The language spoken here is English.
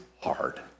hard